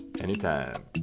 Anytime